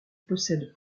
possède